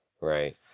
right